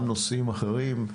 גם נושאים אחרים,